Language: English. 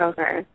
Okay